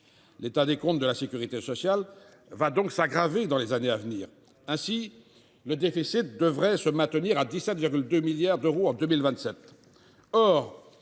L’état des comptes de la sécurité sociale va donc s’aggraver dans les années à venir. Le déficit devrait ainsi se maintenir à 17,2 milliards d’euros en 2027.